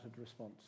response